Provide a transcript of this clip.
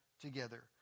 together